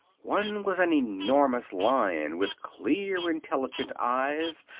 one was an enormous lion with clear, intelligent eyes,